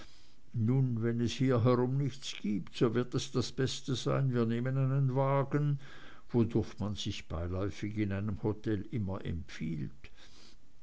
nun wenn es hier herum nichts gibt so wird es das beste sein wir nehmen einen wagen wodurch man sich beiläufig einem hotel immer empfiehlt